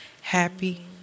happy